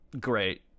great